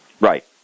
Right